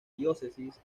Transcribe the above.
diócesis